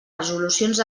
resolucions